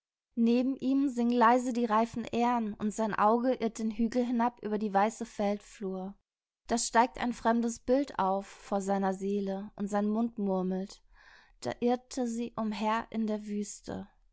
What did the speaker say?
neben ihm singen leise die reifen ähren und sein auge irrt den hügel hinab über die weiße feldflur da steigt ein fremdes bild auf vor seiner seele und sein mund murmelt da irrte sie umher in der wüste